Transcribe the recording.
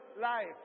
life